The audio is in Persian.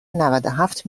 نودوهفت